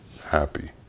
happy